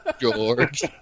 George